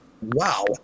Wow